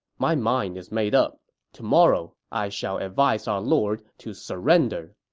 my mind is made up tomorrow, i shall advise our lord to surrender.